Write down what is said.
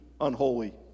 unholy